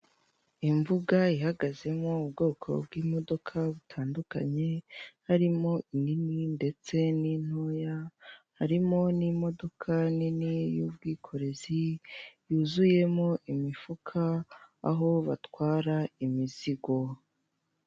Imbuga ihagazemo ubwoko bw'imodoka butandukanye, harimo inini ndetse n'intoya, harimo n'imodoka nini y'ubwikorezi yuzuyemo imifuka aho batwara imizigo.